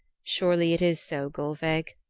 surely it is so, gulveig,